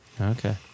Okay